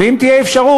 ואם תהיה אפשרות,